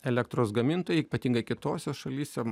elektros gamintojai ypatingai kitose šalyse